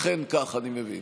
אכן כך, אני מבין.